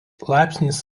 laipsnis